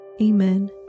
Amen